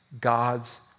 God's